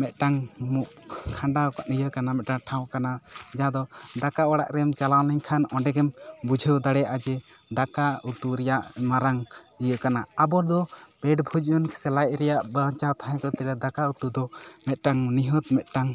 ᱢᱤᱫᱴᱟᱝ ᱢᱩᱠᱷ ᱠᱷᱟᱱᱰᱟᱣ ᱤᱭᱟᱹ ᱠᱟᱱᱟ ᱢᱤᱫᱴᱟᱝ ᱴᱷᱟᱶ ᱠᱟᱱᱟ ᱡᱟᱦᱟᱸ ᱫᱚ ᱫᱟᱠᱟ ᱚᱲᱟᱜ ᱨᱮᱢ ᱪᱟᱞᱟᱣ ᱞᱮᱱᱠᱷᱟᱱ ᱚᱸᱰᱮᱜᱮᱢ ᱵᱩᱡᱷᱟᱹᱣ ᱫᱟᱲᱮᱭᱟᱜᱼᱟ ᱡᱮ ᱫᱟᱠᱟ ᱩᱛᱩ ᱨᱮᱭᱟᱝ ᱢᱟᱨᱟᱝ ᱤᱭᱟᱹ ᱠᱟᱱᱟ ᱟᱵᱚ ᱫᱚ ᱯᱮᱴ ᱵᱷᱚᱡᱚᱱ ᱥᱮ ᱞᱟᱡ ᱨᱮᱭᱟᱜ ᱵᱟᱧᱪᱟᱣ ᱠᱚᱨᱛᱮ ᱜᱮᱞᱮ ᱫᱟᱠᱟ ᱩᱛᱩ ᱫᱚ ᱢᱤᱫᱴᱟᱝ ᱱᱤᱦᱟᱹᱛ ᱢᱤᱫᱴᱟᱝ